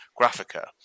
Graphica